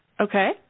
okay